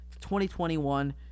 2021